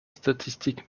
statistique